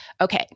Okay